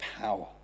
power